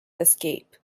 escape